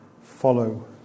follow